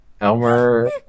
Elmer